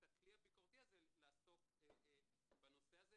את הכלי הביקורתי הזה לעסוק בנושא הזה,